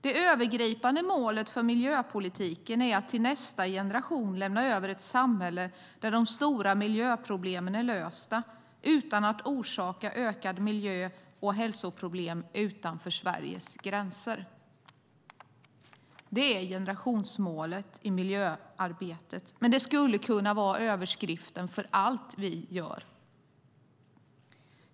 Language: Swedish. Det övergripande målet för miljöpolitiken är att till nästa generation lämna över ett samhälle där de stora miljöproblemen är lösta utan att orsaka ökade miljö och hälsoproblem utanför Sveriges gränser. Det är generationsmålet i miljöarbetet, men det skulle kunna vara överskriften för allt vi gör.